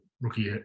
rookie